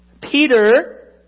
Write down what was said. Peter